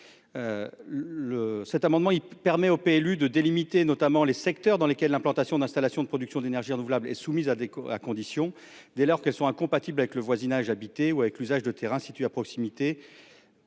au règlement du PLU de « délimiter les secteurs dans lesquels l'implantation d'installations de production d'énergies renouvelables est soumise à conditions, dès lors qu'elles sont incompatibles avec le voisinage habité ou avec l'usage des terrains situés à proximité